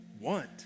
want